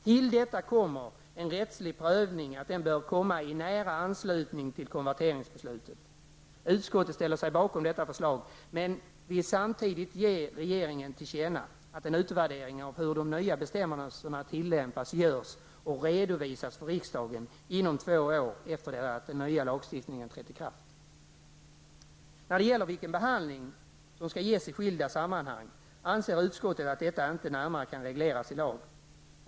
Till detta kommer att en rättslig prövning bör ske i nära anslutning till konverteringsbeslutet. Utskottet ställer sig bakom detta förslag men vill samtidigt ge regeringen till känna att en utvärdering av hur de nya bestämmelserna tillämpas görs och redovisas för riksdagen inom två år efter det att den nya lagstiftningen trätt i kraft. När det gäller vilken behandling som skall ges i skilda sammanhang, anser utskottet att detta inte närmare kan regleras i lag.